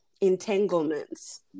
entanglements